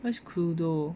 what's Cluedo